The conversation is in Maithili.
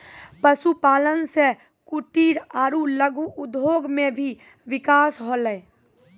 पशुपालन से कुटिर आरु लघु उद्योग मे भी बिकास होलै